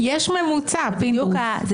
לכן ישראל תפסיק להיות דמוקרטית ואתם